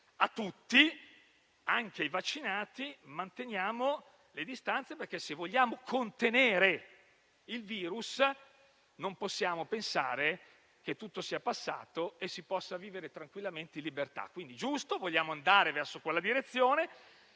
a tutti, anche ai vaccinati, di mantenere le distanze perché, se si vuole contenere il *virus*, non si può pensare che tutto sia passato e si possa vivere tranquillamente libertà. Quindi è giusto, e vogliamo andare verso quella direzione.